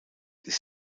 ist